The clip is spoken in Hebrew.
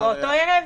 באותו ערב?